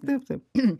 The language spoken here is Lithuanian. taip taip